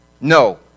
No